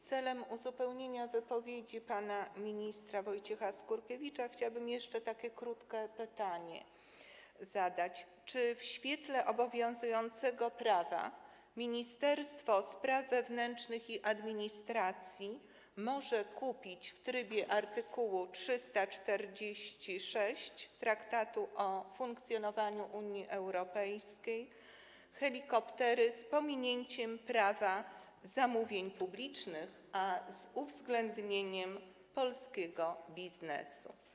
Celem uzupełnienia wypowiedzi pana ministra Wojciecha Skurkiewicza chciałabym jeszcze zadać takie krótkie pytanie: Czy w świetle obowiązującego prawa Ministerstwo Spraw Wewnętrznych i Administracji może kupić w trybie art. 346 Traktatu o funkcjonowaniu Unii Europejskiej helikoptery, z pominięciem Prawa zamówień publicznych, ale z uwzględnieniem polskiego biznesu?